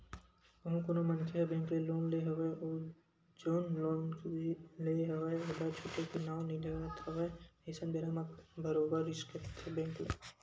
कहूँ कोनो मनखे ह बेंक ले लोन ले हवय अउ जउन लोन ले हवय ओला छूटे के नांव नइ लेवत हवय अइसन बेरा म बरोबर रिस्क रहिथे बेंक ल